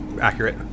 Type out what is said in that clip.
accurate